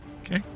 Okay